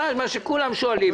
מה שכולם שואלים,